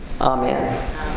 Amen